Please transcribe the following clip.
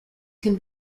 can